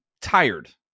tired